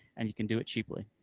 and you can do it cheaply.